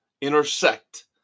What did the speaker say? intersect